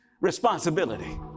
responsibility